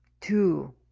Two